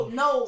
no